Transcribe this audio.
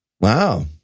Wow